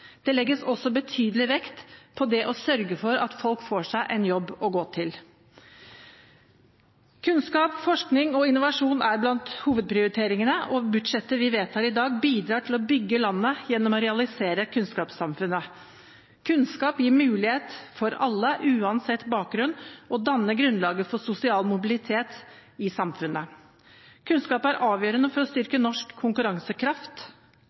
Det legges også betydelig vekt på det å sørge for at folk får en jobb å gå til. Kunnskap, forskning og innovasjon er blant hovedprioriteringene, og budsjettet vi vedtar i dag, bidrar til å bygge landet gjennom å realisere kunnskapssamfunnet. Kunnskap gir mulighet for alle uansett bakgrunn og danner grunnlaget for sosial mobilitet i samfunnet. Kunnskap er avgjørende for å styrke norsk konkurransekraft,